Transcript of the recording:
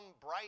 bright